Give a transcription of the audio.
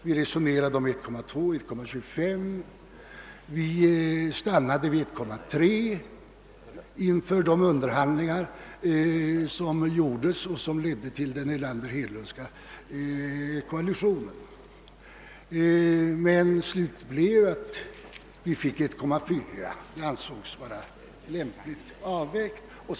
Vi resonerade om 1,2 och 1,25, men vi stannade vid 1,3 inför de underhandlingar som ledde till den Erlander-Hedlundska koalitionen. Slutet blev att vi fick 1,4, som ansågs vara lämpligt avvägt.